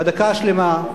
בדקה השלמה.